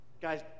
Guys